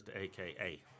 AKA